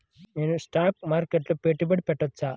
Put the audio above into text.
నేను స్టాక్ మార్కెట్లో పెట్టుబడి పెట్టవచ్చా?